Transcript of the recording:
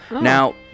Now